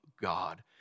God